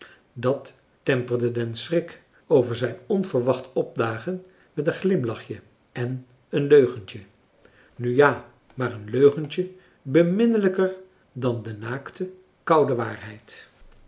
dat temperde den schrik over zijn onverwacht opdagen met een glimlachje en een leugentje nu ja maar een leugentje beminnelijker dan de naakte koude waarheid